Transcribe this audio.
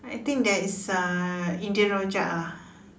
I think there is uh Indian rojak ah